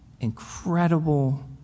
incredible